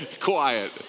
Quiet